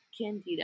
candida